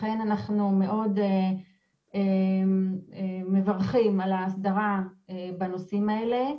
לכן, אנחנו מאוד מברכים על ההסדרה בנושאים האלה.